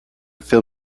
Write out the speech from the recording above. fill